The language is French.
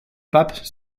pape